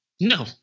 No